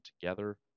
together